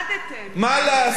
מה לעשות,